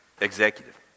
executive